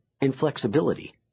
inflexibility